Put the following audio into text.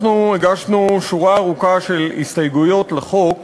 אנחנו הגשנו שורה ארוכה של הסתייגויות לחוק,